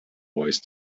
voice